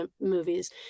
movies